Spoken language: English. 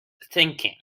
thinking